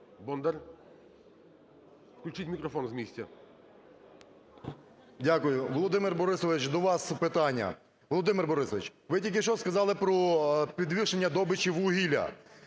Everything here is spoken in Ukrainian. Володимир Борисович, до вас питання. Володимир Борисович, ви тільки що сказали про підвищення добичі вугілля.